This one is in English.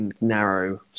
narrow